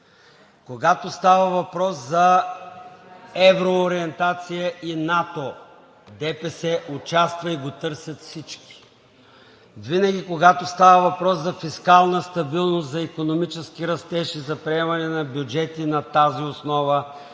Когато става въпрос за евроориентация и НАТО – ДПС участва и го търсят всички. Винаги когато става въпрос за фискална стабилност, за икономически растеж и за приемане на бюджети на тази основа